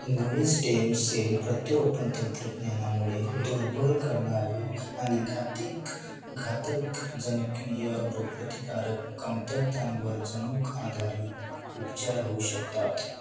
नवीन stem cell प्रत्यारोपण तंत्रज्ञानामुळे दुर्बल करणारे आणि घातिक घातक जनुकीय रोगप्रतिकारक कमतरतांवर जनुक आधारित उपचार होऊ शकतात